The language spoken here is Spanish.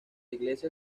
iglesia